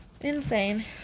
Insane